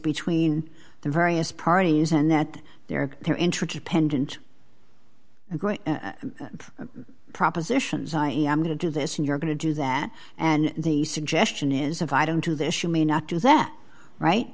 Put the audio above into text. between the various parties and that there they're interested pendent and propositions i am going to do this and you're going to do that and the suggestion is if i don't to this you may not do that right